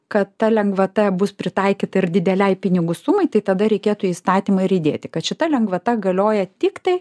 kad ta lengvata bus pritaikyta ir didelei pinigų sumai tai tada reikėtų į įstatymą ir įdėti kad šita lengvata galioja tiktai